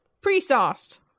pre-sauced